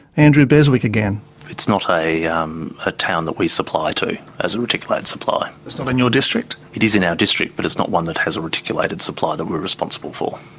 andrew beswick it's not a um a town that we supply to as a reticulated supply. it's not in your district? it is in our district but it's not one that has a reticulated supply that we are responsible for.